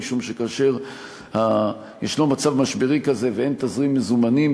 משום שכאשר יש מצב משברי כזה ואין תזרים מזומנים,